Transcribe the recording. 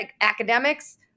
academics